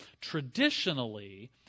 Traditionally